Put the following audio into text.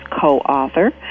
co-author